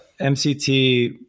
MCT